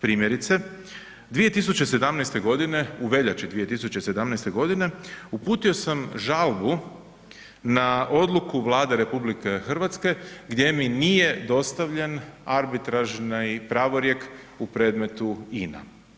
Primjerice 2017. godine, u veljači 2017. uputio sam žalbu na odluku Vlade RH gdje mi nije dostavljen arbitražni pravorijek u predmetu INA.